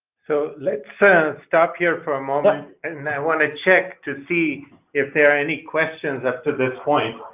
so let's stop here for a moment, and i want to check to see if there are any questions up to this point,